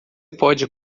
pode